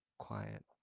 quiet